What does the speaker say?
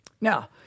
Now